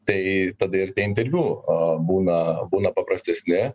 tai tada ir tie interviu būna būna paprastesni